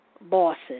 bosses